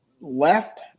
left